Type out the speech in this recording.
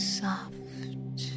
soft